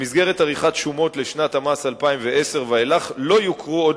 1. במסגרת עריכת שומות לשנת המס 2010 ואילך לא יוכרו עוד